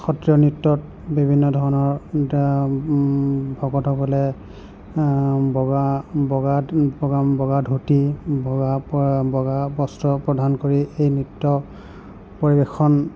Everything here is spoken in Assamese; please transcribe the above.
সত্ৰীয়া নৃত্যত বিভিন্ন ধৰণৰ ভকতসকলে বগা বগা ধুতি বগা পূৰা বগা বস্ত্ৰ প্ৰধান কৰি এই নৃত্য পৰিৱেশন